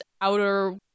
outer